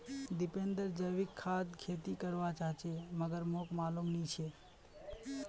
दीपेंद्र जैविक खाद खेती कर वा चहाचे मगर मालूम मोक नी छे